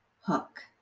hook